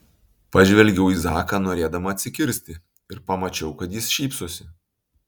pažvelgiau į zaką norėdama atsikirsti ir pamačiau kad jis šypsosi